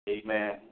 Amen